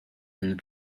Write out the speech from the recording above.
and